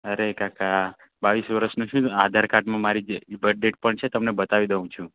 અરે કાકા બાવીસ વર્ષનો છું ને આધારકાર્ડમાં મારી બર્થ ડેટ પણ છે તમને બતાવી દઉં છું